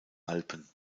alpen